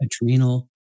adrenal